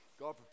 God